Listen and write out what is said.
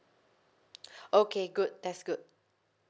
okay good that's good